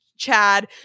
Chad